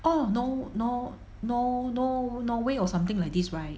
oh No~ No~ No~ No~ Norway or something like this right